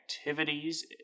activities